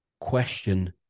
question